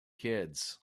kids